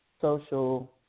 social